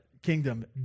kingdom